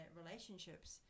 relationships